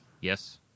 Yes